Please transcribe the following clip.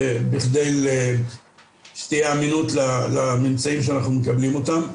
בכדי שתהיה אמינות לממצאים שאנחנו מקבלים אותם.